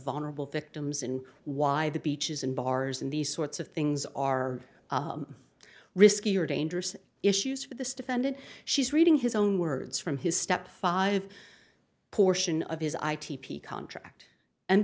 vulnerable victims and why the beaches and bars and these sorts of things are risky or dangerous issues for this defendant she's reading his own words from his step five portion of his i t p contract and